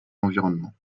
environnement